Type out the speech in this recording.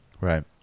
Right